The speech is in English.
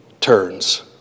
turns